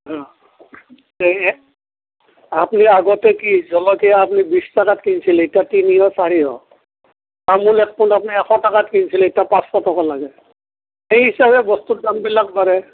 আ সেয়েহে আপুনি আগতে কি জলকীয়া আপুনি বিশ টকাত কিনিছিল এতিয়া তিনিশ চাৰিশ তামোল এপোন আপুনি এশ টকাত কিনিছিল এতিয়া পাঁচশ টকা লাগে সেই হিচাপে বস্তুৰ দামবিলাক বাঢ়ে